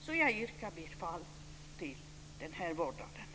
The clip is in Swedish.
Så jag yrkar bifall när det gäller det här med vårdnaden.